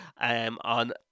on